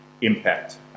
impact